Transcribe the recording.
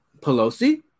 Pelosi